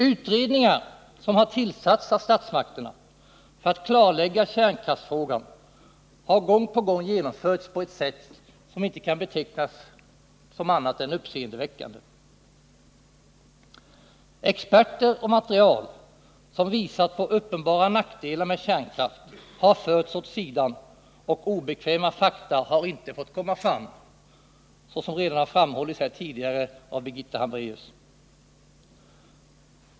Utredningar som tillsatts av statsmakterna för att klarlägga kärnkraftsfrågan har gång på gång genomförts på ett sätt som är uppseendeväckande. Experter och material som visat på uppenbara nackdelar med kärnkraft har förts åt sidan, och obekväma fakta har inte fått komma fram, vilket redan har framhållits av Birgitta Hambraeus.